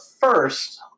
first